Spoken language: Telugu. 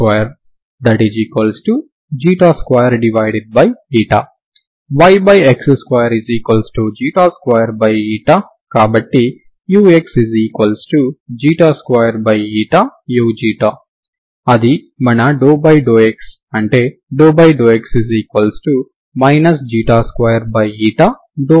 yx22 కాబట్టి ux2u అది మన ∂x అంటే ∂x 2 ని ఇస్తుంది